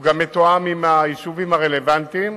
הוא גם מתואם עם היישובים הרלוונטיים,